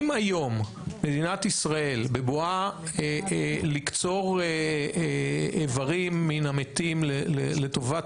אם היום מדינת ישראל בבואה לקצור איברים מן המתים לטובת